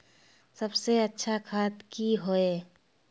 सबसे अच्छा खाद की होय?